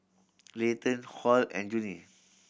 Layton Hall and Junie